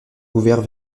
ouvert